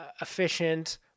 efficient